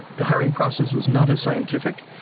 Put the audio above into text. the hiring process was not as scientific.